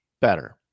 better